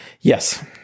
Yes